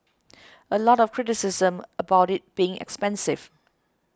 a lot of criticism about it being expensive